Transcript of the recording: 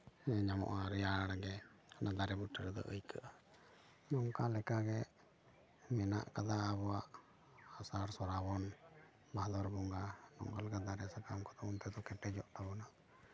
ᱧᱟᱢᱚᱜᱼᱟ ᱨᱮᱭᱟᱲ ᱜᱮ ᱚᱱᱟ ᱫᱟᱨᱮ ᱵᱩᱴᱟᱹ ᱨᱮᱫᱚ ᱟᱹᱭᱠᱟᱹᱜᱼᱟ ᱱᱚᱝᱠᱟ ᱞᱮᱠᱟᱜᱮ ᱢᱮᱱᱟᱜ ᱠᱟᱫᱟ ᱟᱵᱚᱣᱟᱜ ᱟᱥᱟᱲ ᱥᱨᱟᱵᱚᱱ ᱵᱷᱟᱫᱚᱨ ᱵᱚᱸᱜᱟ ᱱᱚᱝᱠᱟ ᱞᱮᱠᱟ ᱫᱟᱨᱮ ᱥᱟᱠᱟᱢ ᱩᱱ ᱛᱮᱫᱚ ᱠᱮᱴᱮᱡᱚᱜ ᱛᱟᱵᱚᱱᱟ